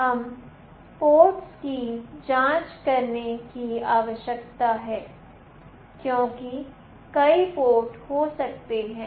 हमें पोर्ट की जांच करने की आवश्यकता है क्योंकि कई पोर्ट हो सकते हैं